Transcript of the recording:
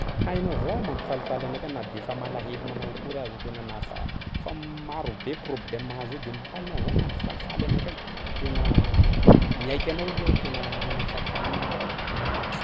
Hainao avao mampifalifaly anakahy na de fa malahelo manao akory aza aho tena nafa- fa maro be problème azo eo de mbo hainao avao mampifalifaly anakahy, tena mihaiky anao aloha aho tena mahay mampifalifaly olo iha.